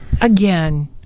Again